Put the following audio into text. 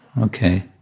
Okay